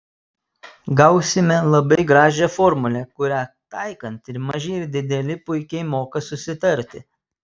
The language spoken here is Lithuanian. gausime labai gražią formulę kurią taikant ir maži ir dideli puikiai moka susitarti